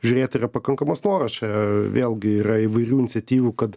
žiūrėt yra pakankamas noras čia vėlgi yra įvairių iniciatyvų kad